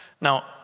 Now